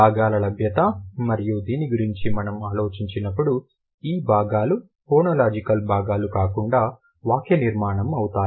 భాగాల లభ్యత మరియు దీని గురించి మనం ఆలోచించినప్పుడు ఈ భాగాలు ఫోనోలాజికల్ భాగాలు కాకుండా వాక్యనిర్మాణం అవుతాయి